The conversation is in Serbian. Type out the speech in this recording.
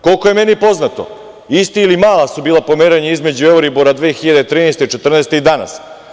Koliko je meni poznato, ista ili mala su bila pomeranja između Euribora 2013, 2014. godine i danas.